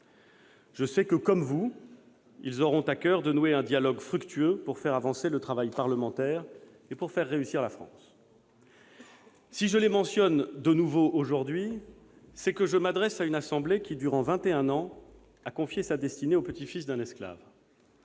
Je sais que, comme vous, ils auront à coeur de nouer un dialogue fructueux pour faire avancer le travail parlementaire et pour faire réussir la France. Si je les mentionne de nouveau aujourd'hui, c'est que je m'adresse à une assemblée qui, durant vingt et un ans, a confié sa destinée au petit-fils d'un esclave.